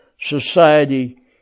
society